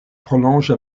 prolonge